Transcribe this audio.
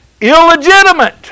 illegitimate